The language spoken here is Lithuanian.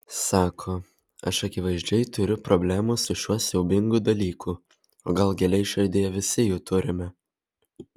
sako aš akivaizdžiai turiu problemų su šiuo siaubingu dalyku o gal giliai širdyje visi jų turime